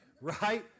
right